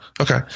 Okay